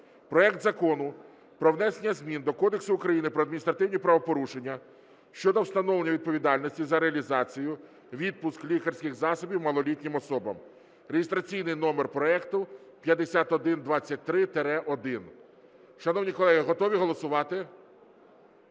проект Закону про внесення змін до Кодексу України про адміністративні правопорушення щодо встановлення відповідальності за реалізацію (відпуск) лікарських засобів малолітнім особам (реєстраційний номер проекту 5123-1). Шановні колеги, готові голосувати?